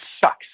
sucks